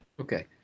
Okay